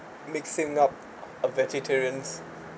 mixing up a vegetarian's